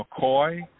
McCoy